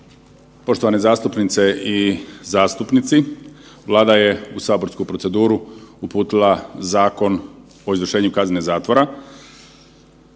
Poštovane zastupnice i zastupnici, Vlada je u saborsku proceduru uputila Zakon o izvršenju kazne zatvora.